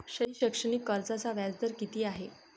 शैक्षणिक कर्जाचा व्याजदर किती आहे?